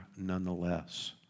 nonetheless